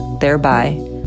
thereby